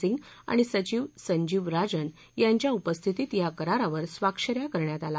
सिंग आणि सचिव संजीव राजन यांच्या उपस्थितीत या करारावर स्वाक्षऱ्या करण्यात आल्या